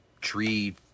tree